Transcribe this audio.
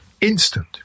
instant